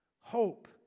hope